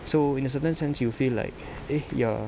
so in a certain sense you'll feel like eh you're